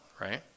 right